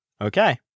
okay